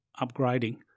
upgrading